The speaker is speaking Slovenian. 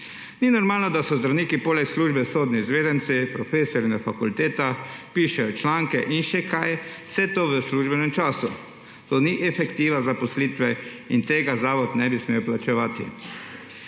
Ni normalno, da so zdravniki poleg službe sodni izvedenci, profesorji na fakultetah, pišejo članke in še kaj, vse to v službenem času. To ni efektiva zaposlitve in tega zavod ne bi smel plačevati.